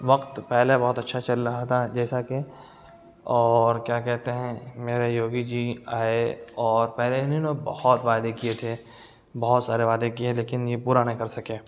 وقت پہلے بہت اچھا چل رہا تھا جیسا کہ اور کیا کہتے ہیں میرے یوگی جی آئے اور پہلے انہوں نے بہت وعدے کیے تھے بہت سارے وعدے کیے لیکن یہ پورا نہیں کر سکے